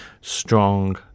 strong